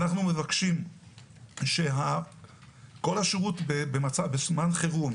ואנחנו מבקשים שכל השירות בזמן חירום,